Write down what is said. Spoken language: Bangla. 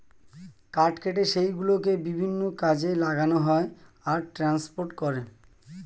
কাঠ কেটে সেই গুলোকে বিভিন্ন কাজে লাগানো হয় আর ট্রান্সপোর্ট করে